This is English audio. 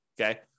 okay